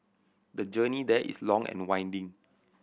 the journey there is long and winding